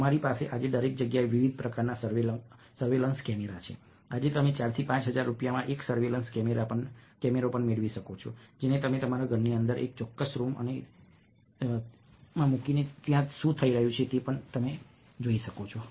તમારી પાસે આજે દરેક જગ્યાએ વિવિધ પ્રકારના સર્વેલન્સ કેમેરા છે આજે તમે 4 થી 5 હજાર રૂપિયામાં એક સર્વેલન્સ કેમેરા પણ મેળવી શકો છો જેને તમે તમારા ઘરની અંદર એક ચોક્કસ રૂમ અને ત્યાં શું થઈ રહ્યું છે તે જોવા માટે મૂકી શકો છો